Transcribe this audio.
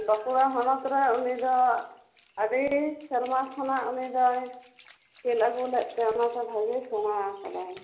ᱵᱟᱸᱠᱩᱲᱟ ᱦᱚᱱᱚᱛ ᱨᱮ ᱩᱱᱤ ᱫᱚ ᱟᱹᱰᱤ ᱥᱮᱨᱢᱟ ᱠᱷᱚᱱᱟᱜ ᱩᱱᱤᱫᱚᱭ ᱠᱷᱮᱞ ᱟᱹᱜᱩ ᱞᱮᱫᱛᱮ ᱚᱱᱟᱛᱮ ᱵᱷᱟᱹᱜᱤᱭ ᱥᱮᱬᱟ ᱟᱠᱟᱫᱟ